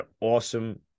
awesome